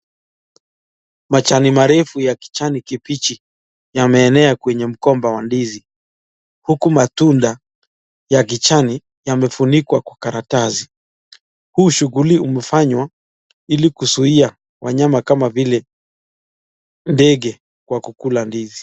Majani marefu ya kijani kibichi yameenea kwenye mgomba wa ndizi huku matunda ya kijani yamefunikwa kwa karatasi. Huu shughuli umefanywa ili kuzuia wanyama kama vile ndege kwa kula ndizi.